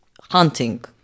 hunting